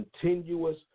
continuous